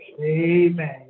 Amen